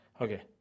Okay